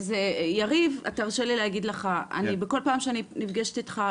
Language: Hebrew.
יריב תרשה לי להגיד לך שבכל פעם שאני נפגשת איתך,